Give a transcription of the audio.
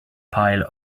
pile